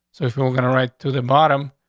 so if we're gonna right to the bottom,